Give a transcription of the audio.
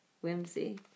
Whimsy